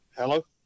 Hello